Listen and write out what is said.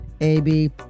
ab